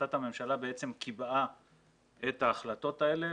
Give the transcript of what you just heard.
החלטת הממשלה בעצם קיבעה את ההחלטות האלה